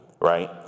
right